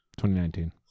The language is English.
2019